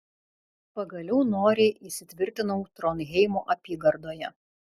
pagaliau noriai įsitvirtinau tronheimo apygardoje